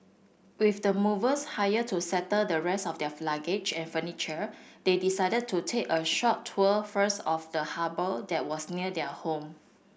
with the movers hired to settle the rest of their of luggage and furniture they decided to take a short tour first of the harbour that was near their home